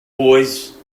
boys